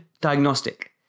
diagnostic